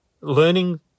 learning